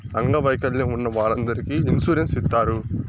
అంగవైకల్యం ఉన్న వారందరికీ ఇన్సూరెన్స్ ఇత్తారు